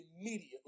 immediately